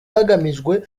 hagamijwe